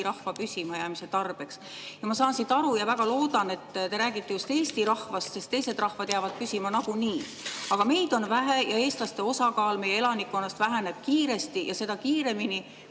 rahva püsimajäämise tarbeks. Ma saan siit aru ja väga loodan, et te räägite just eesti rahvast, sest teised rahvad jäävad püsima nagunii. Aga meid on vähe ja eestlaste osakaal meie elanikkonnast väheneb kiiresti, ja seda kiiremini,